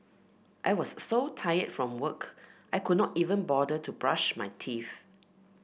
I was so tired from work I could not even bother to brush my teeth